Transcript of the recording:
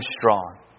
strong